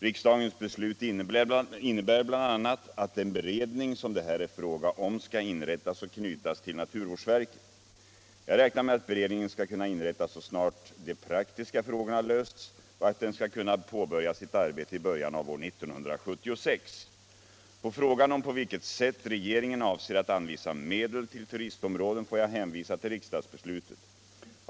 Riksdagens beslut innebär bl.a. att den beredning som det här är fråga om skall inrättas och knytas till naturvårdsverket. Jag räknar med att beredningen skall kunna inrättas så snart de praktiska frågorna lösts och att den skall kunna påbörja sitt arbete i början av år 1976. På frågan om på vilket sätt regeringen avser att anvisa medel till turistområden får jag hänvisa till riksdagsbeslutet.